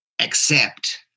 accept